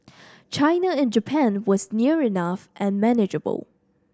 China and Japan was near enough and manageable